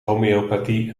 homeopathie